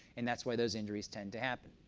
and that's why those injuries tend to happen.